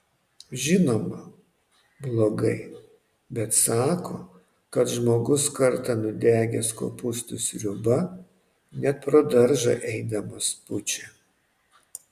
žinoma blogai bet sako kad žmogus kartą nudegęs kopūstų sriuba net pro daržą eidamas pučia